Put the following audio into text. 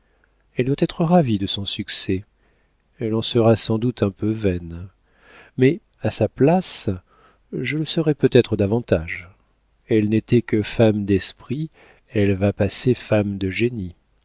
elle doit être ravie de son succès elle en sera sans doute un peu vaine mais à sa place je le serais peut-être davantage elle n'était que femme d'esprit elle va passer femme de génie